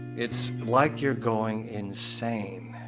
it's like you're going insane